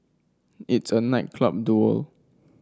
it's a night club duel